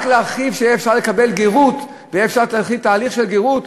רק להרחיב כדי שיהיה אפשר לקבל גרות ויהיה אפשר להתחיל תהליך של גרות?